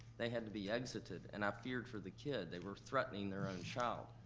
they had to be exited, and i feared for the kid. they were threatening their own child.